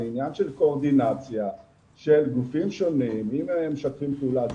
עניין של קואורדינציה של גופים שונים שמשתפים פעולה,